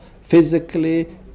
Physically